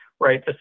right